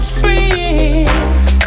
friends